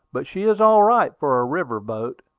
but she is all right for a river boat.